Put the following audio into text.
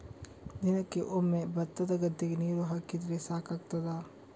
ದಿನಕ್ಕೆ ಒಮ್ಮೆ ಭತ್ತದ ಗದ್ದೆಗೆ ನೀರು ಹಾಕಿದ್ರೆ ಸಾಕಾಗ್ತದ?